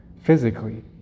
physically